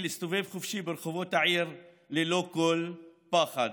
להסתובב חופשי ברחובות העיר ללא כל פחד,